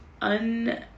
un